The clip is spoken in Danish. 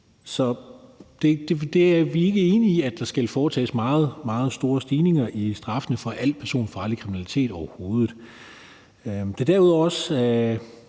overhovedet ikke enige i, at der skal foretages meget store stigninger i straffene for al personfarlig kriminalitet. Det her forslag tager derudover på